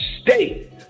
state